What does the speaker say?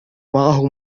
معه